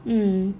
mm